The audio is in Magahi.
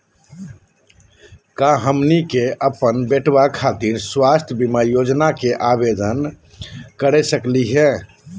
का हमनी के अपन बेटवा खातिर स्वास्थ्य बीमा योजना के आवेदन करे सकली हे?